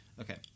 Okay